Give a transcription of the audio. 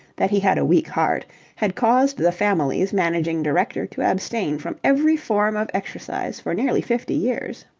that he had a weak heart had caused the family's managing director to abstain from every form of exercise for nearly fifty years